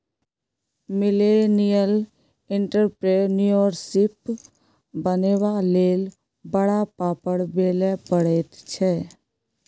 millennial entrepreneurship बनबाक लेल बड़ पापड़ बेलय पड़ैत छै